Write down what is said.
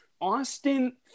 Austin